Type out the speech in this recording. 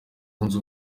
zunze